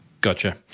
Gotcha